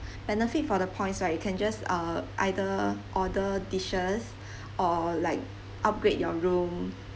benefit for the points right you can just uh either order dishes or like upgrade your room